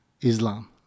Islam